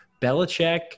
Belichick